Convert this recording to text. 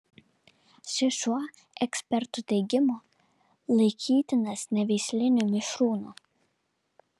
šis šuo ekspertų teigimu laikytinas neveisliniu mišrūnu